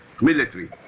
military